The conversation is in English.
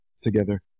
together